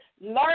learn